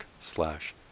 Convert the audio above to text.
slash